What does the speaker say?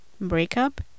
breakup